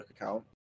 account